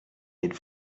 êtes